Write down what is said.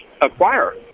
acquire